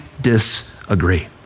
disagree